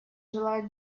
желает